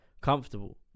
comfortable